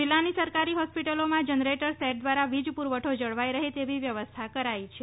જિલ્લાની સરકારી હોસ્પિટલોમાં જનરેટર સેટ દ્વારા વીજ પૂરવઠો જળવાઈ રહે તેવી વ્યવસ્થા કરાઈ છે